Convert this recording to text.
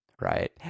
Right